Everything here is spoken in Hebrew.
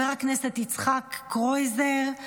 יצחק קרויזר,